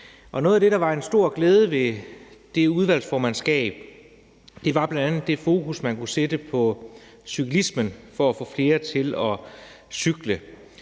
og noget af det, der var en stor glæde ved det udvalgsformandskab, var bl.a. det fokus, man kunne sætte på cyklismen for at få flere til at cykle.